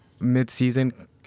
midseason